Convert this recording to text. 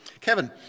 kevin